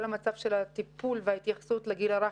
כל המצב של הטיפול וההתייחסות לגיל הרך